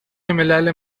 ملل